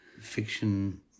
fiction